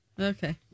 okay